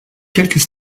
quelques